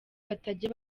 batajya